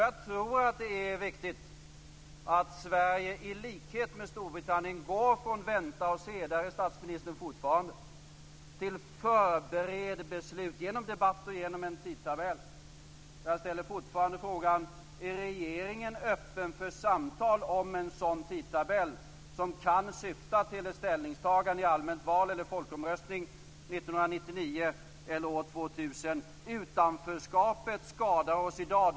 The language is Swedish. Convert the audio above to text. Jag tror att det är viktigt att Sverige i likhet med Storbritannien går från "vänta och se" - där statsministern fortfarande är - till "förbered beslut" genom debatt och genom en tidtabell. Jag ställer fortfarande frågan: Är regeringen öppen för samtal om en sådan tidtabell som kan syfta till ett ställningstagande i allmänt val eller folkomröstning år 1999 eller år 2000? Utanförskapet skadar oss i dag.